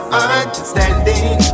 understanding